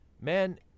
Man